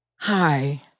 Hi